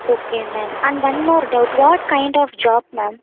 okay ma'am and one more doubt what kind of job ma'am